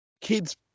kids